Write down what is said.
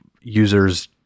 users